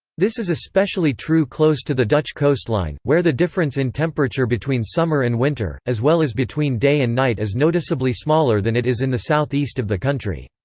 this is especially true close to the dutch coastline, where the difference in temperature between summer and winter, as well as between day and night is noticeably smaller than it is in the southeast of the country.